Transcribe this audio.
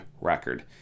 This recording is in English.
record